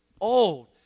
old